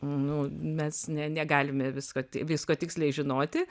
nu mes ne negalime visko visko tiksliai žinoti